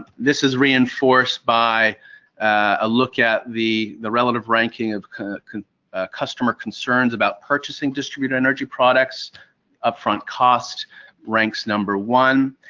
this is reinforced by a look at the the relative ranking of customer concerns about purchasing distributed energy products upfront cost ranks number one.